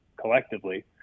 collectively